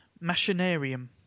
Machinarium